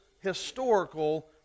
historical